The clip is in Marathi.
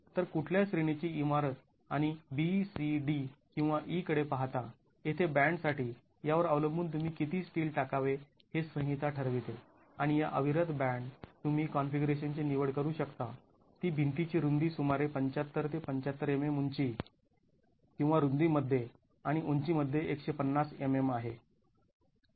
तर कुठल्या श्रेणीची इमारत आणि B C D किंवा E कडे पाहता येथे बॅन्ड साठी यावर अवलंबून तुम्ही किती स्टील टाकावे हे संहिता ठरविते आणि या अविरत बॅन्ड तुम्ही कॉन्फिगरेशनची निवड करू शकता ती भिंतीची रुंदी सुमारे ७५ ते ७५ mm उंची किंवा रुंदी मध्ये आणि उंची मध्ये १५० mm आहे